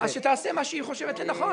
אז שתעשה מה שהיא חושבת שנכון.